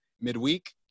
midweek